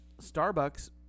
starbucks